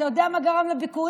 אתה יודע מה גרם לפיגועים?